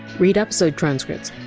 read episode transcripts,